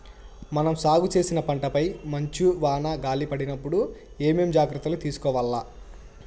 మనం సాగు చేసిన పంటపై మంచు, వాన, గాలి పడినప్పుడు ఏమేం జాగ్రత్తలు తీసుకోవల్ల?